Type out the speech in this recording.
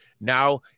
Now